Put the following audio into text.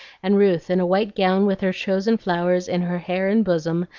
and ruth in a white gown with her chosen flowers in her hair and bosom,